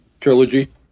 trilogy